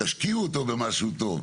תשקיעו אותו במשהו טוב.